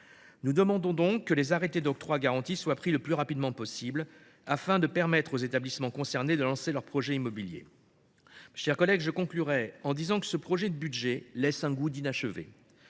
Nous demandons donc que les arrêtés d’octroi de garantie soient pris le plus rapidement possible, afin de permettre aux établissements concernés de lancer leurs projets immobiliers. Pour conclure, ce projet de budget laisse un goût d’inachevé.